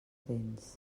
tens